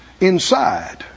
inside